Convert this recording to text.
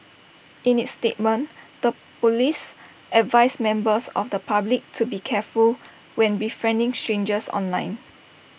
in its statement the Police advised members of the public to be careful when befriending strangers online